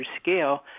scale